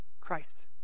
Christ